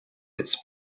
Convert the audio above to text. its